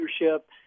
leadership